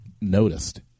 noticed